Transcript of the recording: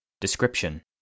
Description